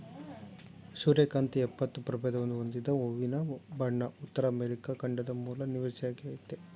ಸೂರ್ಯಕಾಂತಿ ಎಪ್ಪತ್ತು ಪ್ರಭೇದವನ್ನು ಹೊಂದಿದ ಹೂವಿನ ಬಣ ಉತ್ತರ ಅಮೆರಿಕ ಖಂಡದ ಮೂಲ ನಿವಾಸಿಯಾಗಯ್ತೆ